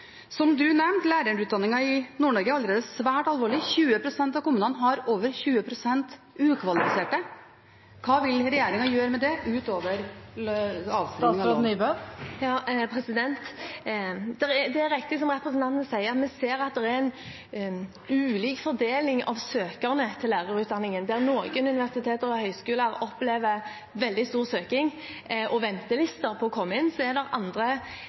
Som statsråden nevnte, er lærerutdanningen i Nord-Norge allerede svært alvorlig – 20 pst. av kommunene har over 20 pst. ukvalifiserte lærere. Hva vil regjeringen gjøre med det utover avskrivning av lån? Det er riktig som representanten sier, at vi ser at det er ulik fordeling av søkerne til lærerutdanningen. Mens noen universiteter og høyskoler opplever veldig stor søkning og ventelister for å komme inn, er det andre